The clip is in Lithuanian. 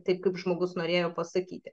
taip kaip žmogus norėjo pasakyti